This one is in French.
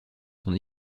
son